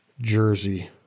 jersey